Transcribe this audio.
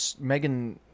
Megan –